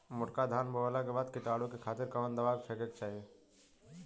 मोटका धान बोवला के बाद कीटाणु के खातिर कवन दावा फेके के चाही?